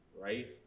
right